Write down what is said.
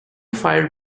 fire